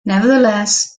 nevertheless